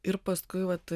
ir paskui vat